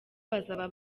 bazaba